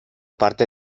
parte